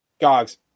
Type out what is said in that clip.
Gogs